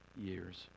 years